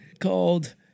called